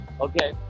okay